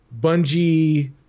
Bungie